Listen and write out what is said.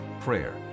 prayer